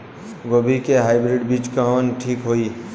गोभी के हाईब्रिड बीज कवन ठीक होई?